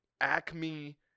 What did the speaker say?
acme